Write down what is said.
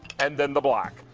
and then the black.